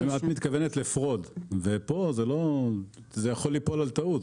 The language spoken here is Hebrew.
כאן זה יכול ליפול על טעות.